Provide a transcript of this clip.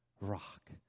rock